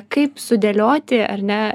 kaip sudėlioti ar ne